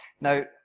Now